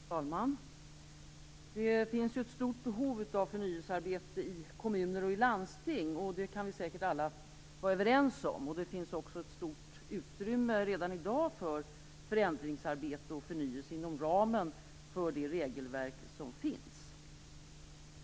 Fru talman! Det finns ett stort behov av förnyelsearbete i kommuner och landsting. Det kan vi säkert vara överens om. Det finns också ett stort utrymme redan i dag för förändringsarbete och förnyelse inom ramen för det regelverk som finns.